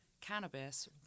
cannabis